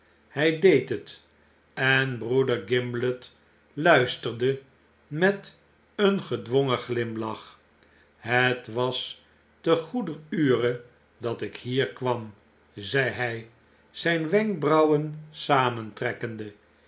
hy deed het en broeder gimblet luisterde met een gedwongen glimlach het was te goeder ure dat ik hier kwam zei hy zyn wenkbrauwen